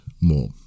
more